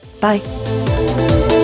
Bye